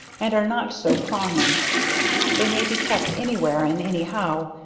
and are not so prongy they may be kept any where and any how,